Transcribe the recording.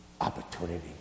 opportunity